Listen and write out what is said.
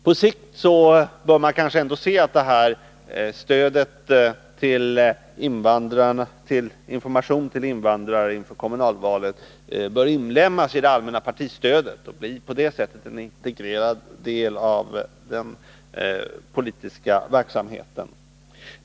På sikt bör man kanske ändå låta det här stödet till information till invandrare inför kommunalvalen ingå i det allmänna partistödet och på det sättet bli en integrerad del av den politiska verksamheten.